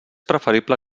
preferible